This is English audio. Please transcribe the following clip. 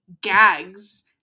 gags